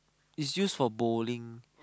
is used for bowling